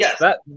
Yes